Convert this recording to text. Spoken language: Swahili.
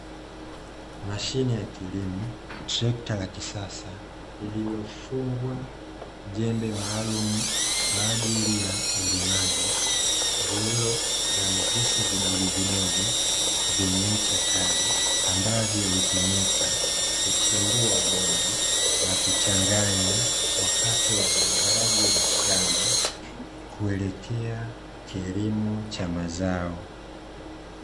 Mashine ya kilimo, trekta la kisasa lililofungwa jembe maalumu kwa ajili ya ulimaji. Lililo na visu vidogovidogo vyenye ncha kali, ambavyo hutumika kuchimbua udongo na kuchanganya wakati wa uandaaji wa shamba kuelekea kilimo cha mazao.